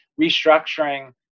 restructuring